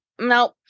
nope